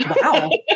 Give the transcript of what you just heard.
Wow